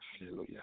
Hallelujah